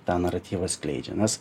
tą naratyvą skleidžia nes